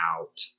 out